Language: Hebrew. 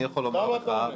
למה אתה עונה?